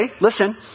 listen